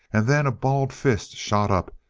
and then a balled fist shot up,